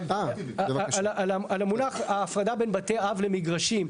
על המונח הפרדה בין בתי אב למגרשים.